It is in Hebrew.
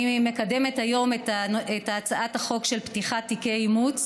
מקדמת היום את הצעת החוק של פתיחת תיקי אימוץ,